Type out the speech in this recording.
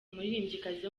umuririmbyikazi